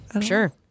Sure